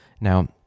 Now